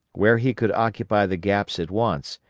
where he could occupy the gaps at once,